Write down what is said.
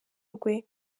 rwe